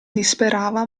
disperava